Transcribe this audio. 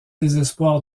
désespoir